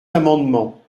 l’amendement